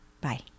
Bye